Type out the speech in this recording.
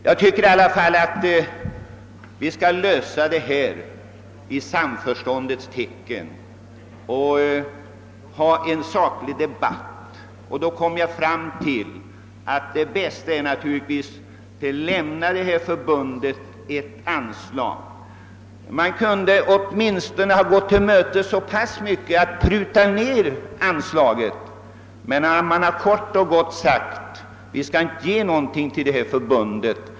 Jag tycker att vi skall lösa de här frågorna i samförstånd och ha en saklig debatt om dem. Det bästa är då enligt min mening att ge Jägarnas riksförbund Landsbygdens jägare ett anslag. Man kunde åtminstone ha visat så mycket tillmötesgående att man hade prutat en del på anslaget. Men man har kort och gott sagt: Vi skall inte ge någonting till detta förbund.